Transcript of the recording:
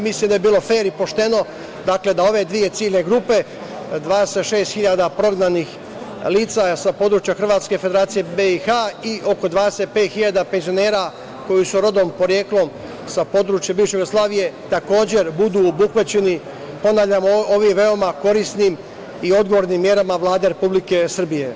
Mislim da bi bilo fer i pošteno da ove dve ciljne grupe, 26.000 prognanih lica sa područja Hrvatske i Federacije BiH i oko 25.000 penzionera koji su rodom i poreklom sa područja bivše Jugoslavije takođe budu obuhvaćeni, ponavljam, ovim veoma korisnim i odgovornim merama Vlade Republike Srbije.